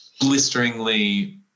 blisteringly